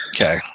Okay